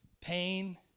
pain